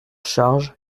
charge